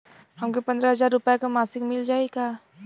हमके पन्द्रह हजार रूपया क मासिक मिल जाई का?